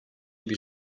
bir